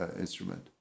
instrument